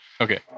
Okay